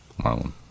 Marlon